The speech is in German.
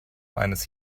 eines